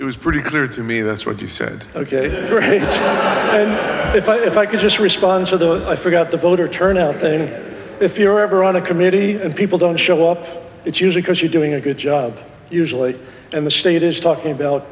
it was pretty clear to me that's what you said ok if i if i could just respond to those i forgot the voter turnout thing if you're ever on a committee and people don't show up it's usually because you're doing a good job usually and the state is talking about